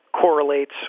correlates